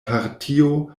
partio